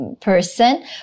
person